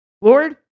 Lord